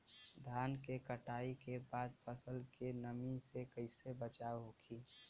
धान के कटाई के बाद फसल के नमी से कइसे बचाव होखि?